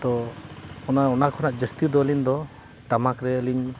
ᱛᱚ ᱚᱱᱟ ᱠᱷᱚᱱᱟᱜ ᱡᱟᱹᱥᱛᱤ ᱫᱚ ᱟᱹᱞᱤᱧ ᱫᱚ ᱴᱟᱢᱟᱠ ᱨᱮᱞᱤᱧ